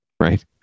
right